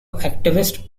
activist